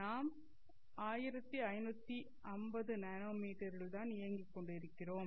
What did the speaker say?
நாம் 1550என்எம் இல் தான் இயக்கிக் கொண்டு இருக்கிறோம்